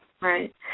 Right